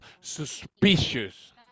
suspicious